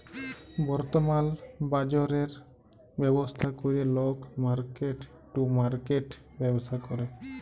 বর্তমাল বাজরের ব্যবস্থা ক্যরে লক মার্কেট টু মার্কেট ব্যবসা ক্যরে